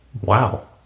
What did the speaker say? wow